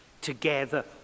together